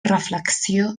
reflexió